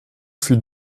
fut